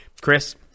Chris